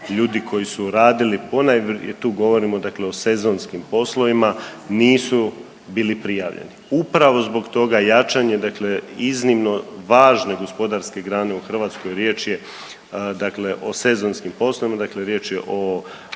ljudi koji su radili, tu govorimo dakle o sezonskim poslovima, nisu bili prijavljeni. Upravo zbog toga jačanje dakle iznimno važne gospodarske grane u Hrvatskoj riječ je dakle o sezonskim poslovima, dakle riječ je o